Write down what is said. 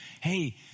hey